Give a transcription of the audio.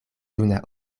juna